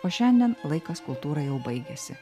o šiandien laikas kultūrai jau baigėsi